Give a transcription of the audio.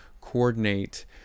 coordinate